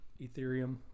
Ethereum